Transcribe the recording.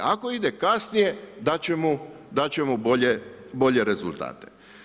Ako ide kasnije, dat ćemo bolje rezultate.